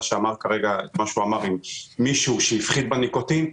שכרגע ציטט את מה שאמר עם מישהו שהפחית בניקוטין,